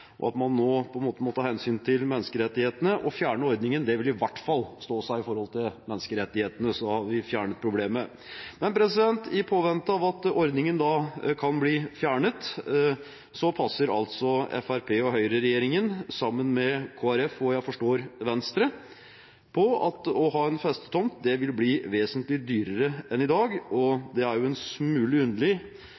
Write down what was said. at man nå på en måte må ta hensyn til menneskerettighetene. Å fjerne ordningen vil i hvert fall stå seg med hensyn til menneskerettighetene, for da hadde vi fjernet problemet. Men i påvente av at ordningen kan bli fjernet, passer altså Fremskrittsparti–Høyre-regjeringen, sammen med Kristelig Folkeparti og – forstår jeg – Venstre, på at å ha en festetomt vil bli vesentlig dyrere enn i dag. Og det er jo en